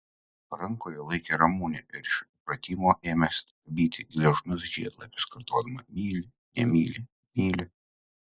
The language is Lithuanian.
rankoje laikė ramunę ir iš įpratimo ėmė skabyti gležnus žiedlapius kartodama myli nemyli myli